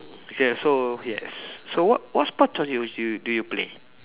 ya so yes so what what sports are you you do you play